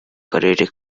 karere